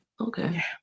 Okay